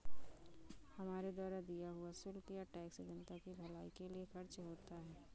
हमारे द्वारा दिया हुआ शुल्क या टैक्स जनता की भलाई के लिए खर्च होता है